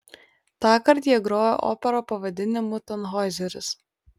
tąkart jie grojo operą pavadinimu tanhoizeris